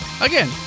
Again